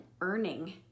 earning